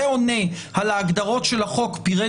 זה עונה על ההגדרות של החוק "פירט